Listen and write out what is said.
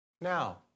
Now